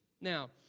Now